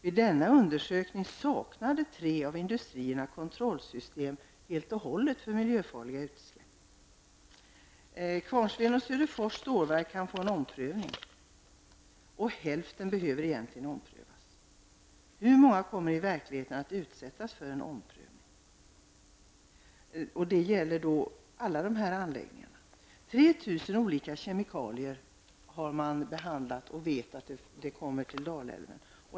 Vid denna undersökning saknade tre av industrierna helt och hållet kontrollsystem för miljöfarliga utsläpp. Söderfors kan få en omprövning. Hälften av företagen skulle egentligen behöva omprövas. Hur många kommer i verkligheten att utsättas för en omprövning? Det gäller alla dessa anläggningar. 3 000 olika kemikalier har man behandlat, och man vet att de hamnar i Dalälven.